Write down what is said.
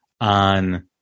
on